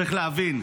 צריך להבין,